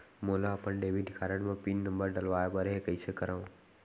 मोला अपन debit card म पिन नंबर डलवाय बर हे कइसे करव?